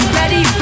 ready